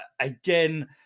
again